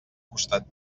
costat